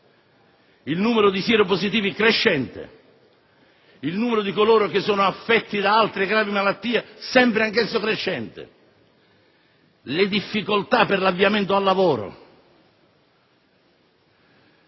il numero di sieropositivi crescente; il numero di coloro che sono affetti da altre grave malattie, anch'esso crescente; le difficoltà per l'avviamento al lavoro.